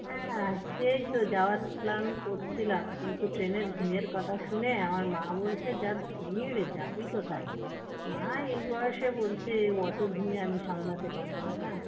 হ্যাঁ সেই তো যাওয়ার প্ল্যান করছিলাম কিন্তু ট্রেনের ভিড়ের কথা শুনে আমার মা বলছে যা ভিড় যাবি কোথায় মা এই বয়েসে বলছে অত ভিড় আমি সামলাতে পারবো না হ্যাঁ